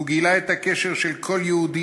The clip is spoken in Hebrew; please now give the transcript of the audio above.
הוא גילה את הקשר של כל יהודי,